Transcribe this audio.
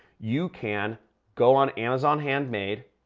you can go on amazon handmade.